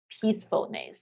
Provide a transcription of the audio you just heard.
peacefulness